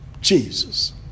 Jesus